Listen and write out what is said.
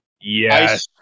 Yes